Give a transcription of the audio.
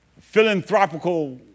philanthropical